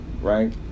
right